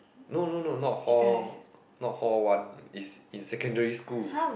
no no no not hall not hall one is in secondary school